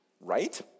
right